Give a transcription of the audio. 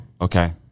okay